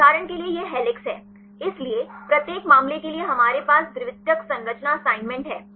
उदाहरण के लिए यह हेलिक्स है इसलिए प्रत्येक मामले के लिए हमारे पास द्वितीयक संरचना असाइनमेंट है